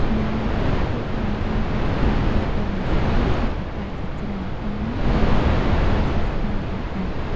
ម្យ៉ាងវិញទៀត គេក៏និយមបរិភោគនំពងអន្សងក្នុងឱកាសជាច្រើន ក្នុងនោះ រួមមានពិធីបុណ្យសាសនាផងដែរ។